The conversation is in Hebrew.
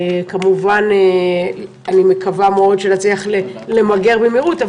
כמובן אני מקווה מאוד שנצליח למגר במהירות,